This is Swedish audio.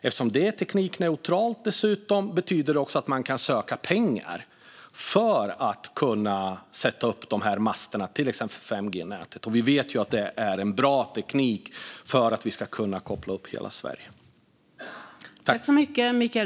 Eftersom det är teknikneutralt kan man dessutom söka pengar för att sätta upp master, till exempel för 5G-nätet. Vi vet att det är en bra teknik för att vi ska kunna koppla upp hela Sverige.